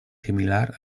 similar